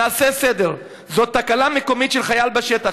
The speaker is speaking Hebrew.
נעשה סדר: זאת תקלה מקומית של חייל בשטח.